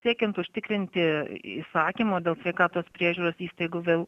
siekiant užtikrinti įsakymo dėl sveikatos priežiūros įstaigų vėl